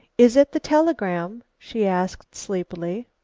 is it the telegram? she asked sleepily.